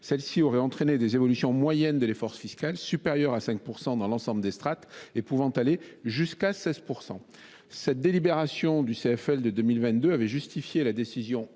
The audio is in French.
celle ci aurait entraîné des évolutions moyennes de l’effort fiscal supérieures à 5 % dans l’ensemble des strates et pouvant aller jusqu’à 16 %. La délibération du CFL du 6 septembre 2022 a justifié la décision